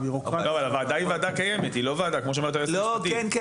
כן, זה אפשרי.